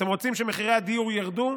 אתם רוצים שמחירי הדיור ירדו?